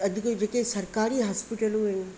अॼ जी जेकी सरकारी हास्पिटलूं आहिनि